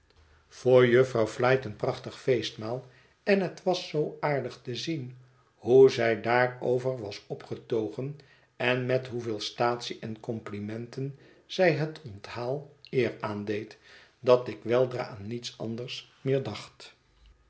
voor jufvrouw flite een prachtig feestmaal en het was zoo aardig te zien hoe zij daarover was opgetogen en met hoeveel staatsie en complimenten zij het onthaal eer aandeed dat ik weldra aan niets anders meer dacht